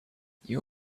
you